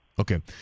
okay